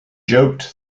joked